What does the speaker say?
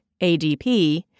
ADP